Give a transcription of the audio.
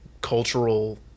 cultural